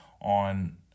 on